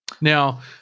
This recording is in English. Now